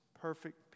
perfect